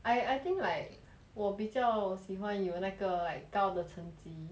I I think like 我比较喜欢有那个 like 高的成绩